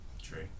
true